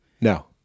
No